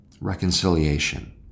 reconciliation